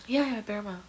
ya ya periyamma